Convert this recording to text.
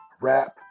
rap